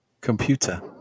computer